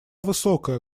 высокая